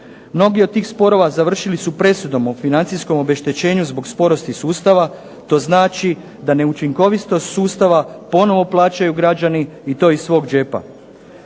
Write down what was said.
Mnogi od tih sporova završili su presudom o financijskom obeštećenju zbog sporosti sustava, to znači da neučinkovitost sustava ponovno plaćaju građani i to iz svog džepa.